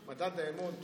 מדד האמון,